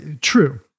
true